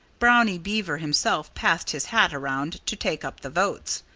brownie beaver himself passed his hat around to take up the votes.